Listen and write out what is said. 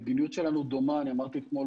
המדיניות שלנו דומה אני אמרתי אתמול